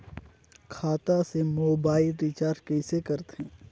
खाता से mobile recharge कइसे करथे